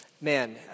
man